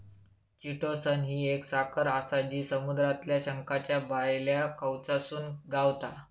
chitosan ही एक साखर आसा जी समुद्रातल्या शंखाच्या भायल्या कवचातसून गावता